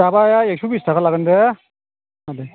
दाबाया एकस' बिस थाखा लागोन दे दे